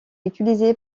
utilisé